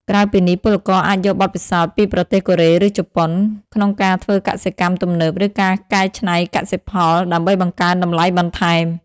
ក្រៅពីនេះពលករអាចយកបទពិសោធន៍ពីប្រទេសកូរ៉េ ឬជប៉ុន ក្នុងការធ្វើកសិកម្មទំនើប ឬការកែច្នៃកសិផល ដើម្បីបង្កើនតម្លៃបន្ថែម។